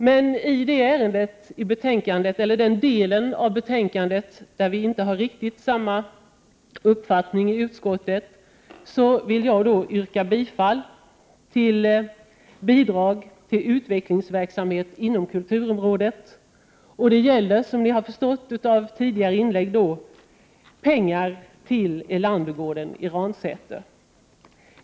Men i den del av betänkandet som vi i utskottet inte har riktigt samma uppfattning om vill jag yrka bifall till utskottets hemställan om medelsanvisning till Bidrag till utvecklingsverksamhet inom kulturområdet m.m. Det gäller, som ni har förstått av tidigare inlägg, pengar till Erlandergården i Ransäter.